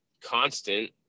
constant